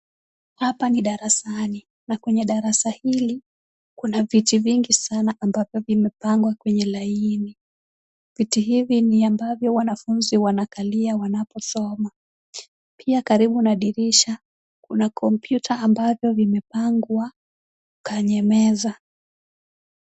Hapa ni darasani, na kwenye darasa hili kuna viti vingi sana ambavyo vimepangwa kwenye laini . Viti hivi ni ambavyo wanafunzi wanakalia wanaposoma. Pia karibu na dirisha kuna kompyuta ambavyo vimepangwa kwenye meza.